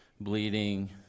bleeding